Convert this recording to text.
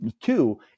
Two